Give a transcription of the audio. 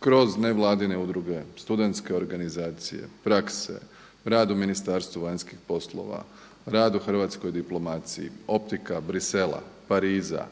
kroz nevladine udruge, studentske organizacije, prakse, rad u Ministarstvu vanjskih poslova, rad u hrvatskoj diplomaciji, optika Bruxellesa, Pariza,